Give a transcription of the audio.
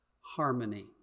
harmony